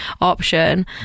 option